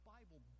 Bible